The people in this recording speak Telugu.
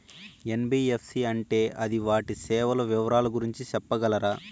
ఎన్.బి.ఎఫ్.సి అంటే అది వాటి సేవలు వివరాలు గురించి సెప్పగలరా?